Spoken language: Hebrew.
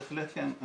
בהחלט כן.